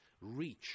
reach